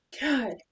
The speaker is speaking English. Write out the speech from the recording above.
God